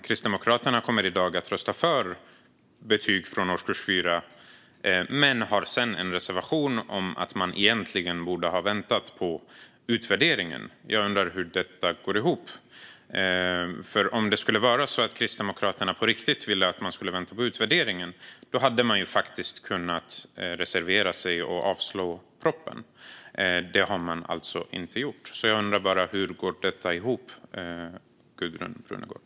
Kristdemokraterna kommer i dag att rösta för betyg från årskurs 4 men har samtidigt en reservation om att man egentligen borde ha väntat på utvärderingen. Om Kristdemokraterna på riktigt ville vänta på utvärderingen hade de kunnat reservera sig och rösta för avslag på propositionen. Men det har de alltså inte gjort. Hur går detta ihop, Gudrun Brunegård?